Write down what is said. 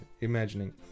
imagining